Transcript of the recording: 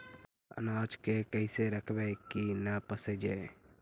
अनाज के कैसे रखबै कि न पसिजै?